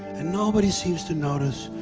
and nobody seems to notice,